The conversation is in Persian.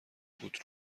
وسکوت